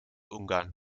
ungarn